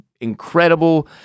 incredible